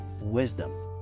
wisdom